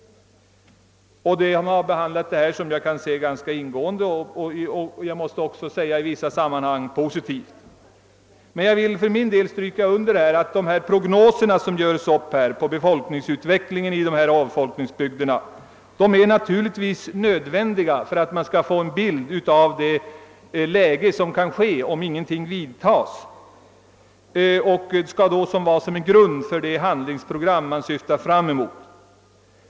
Frågan har enligt min mening behandlats ganska ingående och i vissa fall positivt. För min del vill jag dock understryka att de prognoser som görs upp beträffande befolkningsutvecklingen i avfolkningsbygderna naturligtvis är nödvändiga för att man skall kunna få en bild av det läge som kan uppstå om inga åtgärder vidtas. Prognoserna skall ligga till grund för det handlingsprogram som man avser att skapa.